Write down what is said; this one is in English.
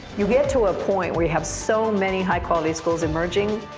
you get to a point where you have so many high-quality schools emerging,